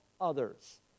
others